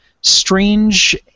strange